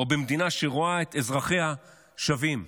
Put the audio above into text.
או במדינה שרואה את אזרחיה שווים?